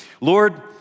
Lord